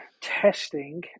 testing